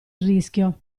rischio